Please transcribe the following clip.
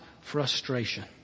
frustration